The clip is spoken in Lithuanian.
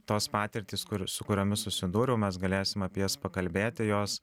tos patirtys kur su kuriomis susidūriau mes galėsim apie jas pakalbėt tai jos